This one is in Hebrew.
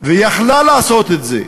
והיא הייתה יכולה לעשות את זה,